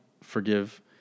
forgive